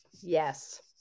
Yes